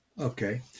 Okay